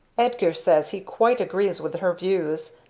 edgar says he quite agrees with her views,